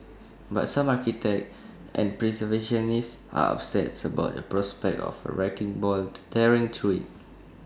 but some architects and preservationists are upsets about the prospect of A wrecking ball tearing through IT